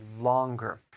longer